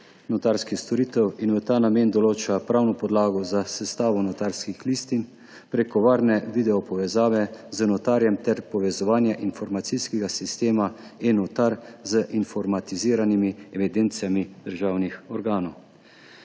notarskih storitev in v ta namen določa pravno podlago za sestavo notarskih listin prek varne videopovezave z notarjem ter povezovanje informacijskega sistema eNotar z informatiziranimi evidencami državnih organov.